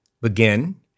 begin